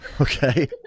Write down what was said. Okay